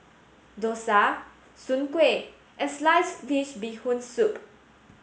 Dosa Soon Kuih and Sliced Fish Bee Hoon Soup